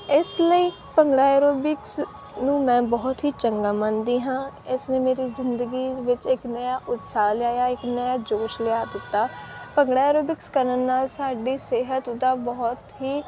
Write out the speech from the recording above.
ਇਸ ਲਈ ਭੰਗੜਾ ਐਰੋਬਿਕਸ ਨੂੰ ਮੈਂ ਬਹੁਤ ਹੀ ਚੰਗਾ ਮੰਨਦੀ ਹਾਂ ਇਸਨੇ ਮੇਰੀ ਜ਼ਿੰਦਗੀ ਵਿੱਚ ਇੱਕ ਨਵਾਂ ਉਹਸ਼ਾਹ ਲਿਆਇਆ ਇੱਕ ਨਵਾਂ ਜੋਸ਼ ਲਿਆ ਦਿੱਤਾ ਭੰਗੜਾ ਐਰੋਬਿਕਸ ਕਰਨ ਨਾਲ ਸਾਡੀ ਸਿਹਤ ਦਾ ਬਹੁਤ ਹੀ